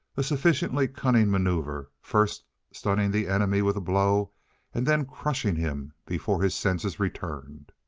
a sufficiently cunning maneuver first stunning the enemy with a blow and then crushing him before his senses returned.